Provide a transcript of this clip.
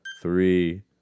three